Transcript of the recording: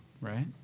Right